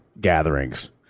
gatherings